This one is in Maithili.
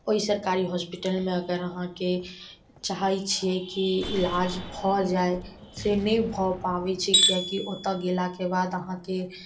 ओहि सरकारी हॉस्पिटलमे अगर आहाँके चाहै छियै की इलाज भऽ जाय से नहि भऽ पाबै छै किएकी ओतऽ गेलाके बाद आहाँके